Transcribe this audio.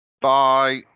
Bye